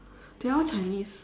they are all chinese